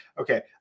okay